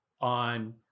on